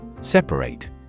Separate